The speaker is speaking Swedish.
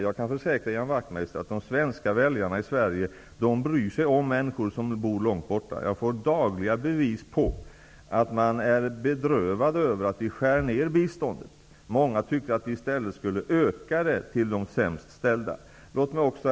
Jag kan försäkra Ian Wachtmeister om att de svenska väljarna i Sverige bryr sig om människor som bor långt borta. Jag får dagliga bevis på att man är bedrövad över att vi skär ned biståndet. Många människor tycker att vi i stället borde öka biståndet till de sämst ställda. Herr talman!